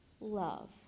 love